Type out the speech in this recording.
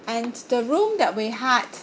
and the room that we had